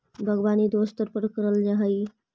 बागवानी दो स्तर पर करल जा हई